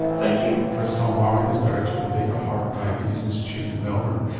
thank you. professor tom marwick is director of the baker heart and diabetes institute in melbourne.